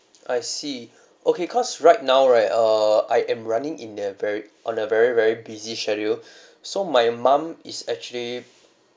I see okay cause right now right err I am running in a very on a very very busy schedule so my mum is actually